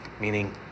meaning